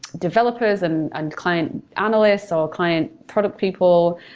developers and and client analysts, or client product people,